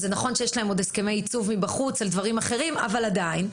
זה נכון שיש להם עוד הסכמי ייצוב מבחוץ על דברים אחרים אבל עדיין.